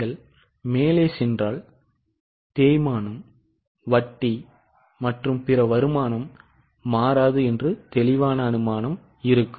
நீங்கள் மேலே சென்றால் தேய்மானம் வட்டி மற்றும் பிற வருமானம் மாறாது என்ற தெளிவான அனுமானம் இருக்கும்